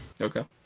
okay